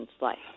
life